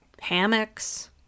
hammocks